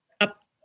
up